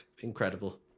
incredible